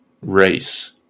race